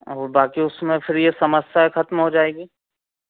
और वह बाकी उसमें फिर यह समस्या खत्म हो जाएगी